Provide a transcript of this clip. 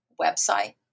website